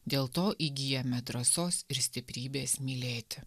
dėl to įgyjame drąsos ir stiprybės mylėti